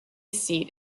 seat